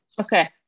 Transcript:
Okay